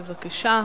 בבקשה.